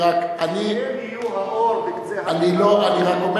ואני חושב שהם יהיו האור בקצה המנהרה.